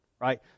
Right